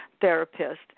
therapist